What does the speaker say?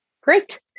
Great